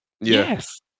Yes